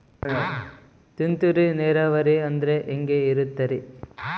ತುಂತುರು ನೇರಾವರಿ ಅಂದ್ರೆ ಹೆಂಗೆ ಇರುತ್ತರಿ?